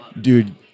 Dude